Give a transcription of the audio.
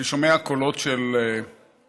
אני שומע קולות של התפרקות,